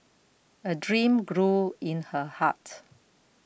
a dream grew in her heart